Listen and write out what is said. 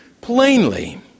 Plainly